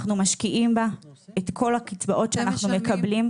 אנחנו משקיעים בה את כל הקצבאות שאנחנו מקבלים.